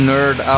Nerd